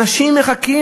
אנשים מחכים,